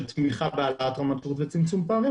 של תמיכה בהעלאת השירות וצמצום הפערים,